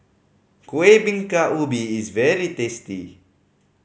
Kueh Bingka Ubi is very tasty